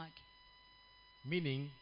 Meaning